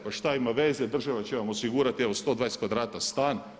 Pa šta ima veze, država će vam osigurati evo 120 kvadrata stan.